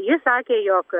ji sakė jog